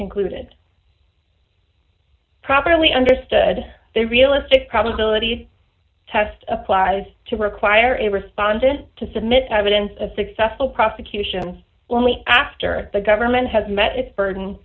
concluded properly understood the realistic probability test applies to require a respondent to submit evidence of successful prosecution only after the government has met its burden